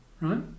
right